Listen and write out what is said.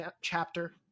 chapter